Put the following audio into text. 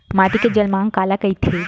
माटी के जलमांग काला कइथे?